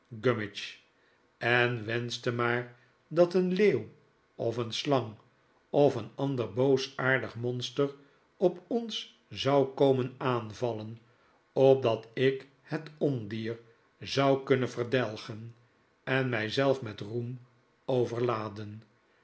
gummidge en wenschte maar dat een leeuw of een slang of een ander boosaardig monster op ons zou komen aanvallen opdat ik het ondier zou kunnen verdelgen en mij zelf met roem overladen